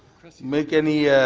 make any